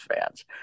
fans